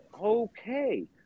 okay